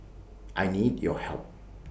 I need your help